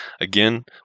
again